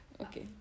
Okay